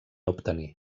obtenir